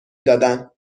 دادن